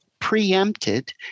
preempted